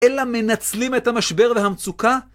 אלא מנצלים את המשבר והמצוקה.